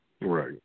Right